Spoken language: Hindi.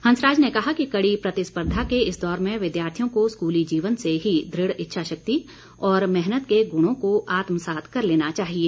हंसराज ने कहा कि कड़ी प्रतिस्पर्धा के इस दौर में विद्यार्थियों को स्कूली जीवन से ही दृढ़ इच्छा शक्ति और मेहनत के गुणों को आत्मसात कर लेना चाहिए